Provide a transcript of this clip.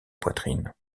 poitrine